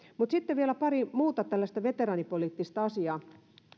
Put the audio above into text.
mutta sitten vielä pari muuta tällaista veteraanipoliittista asiaa